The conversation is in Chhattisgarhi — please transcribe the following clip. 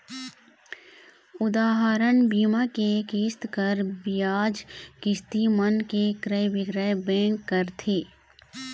उदाहरन, बीमा के किस्त, कर, बियाज, किस्ती मन के क्रय बिक्रय बेंक करथे